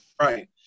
Right